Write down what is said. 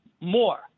more